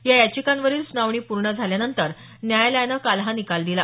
या याचिकांवरील सुनावणी पूर्ण झाल्यानंतर न्यायालयानं काल हा निकाल दिला